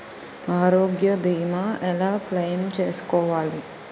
ఆరోగ్య భీమా ఎలా క్లైమ్ చేసుకోవాలి?